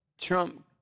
Trump